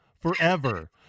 forever